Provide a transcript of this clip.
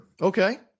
Okay